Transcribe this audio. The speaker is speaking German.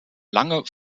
lange